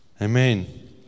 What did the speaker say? Amen